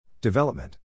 Development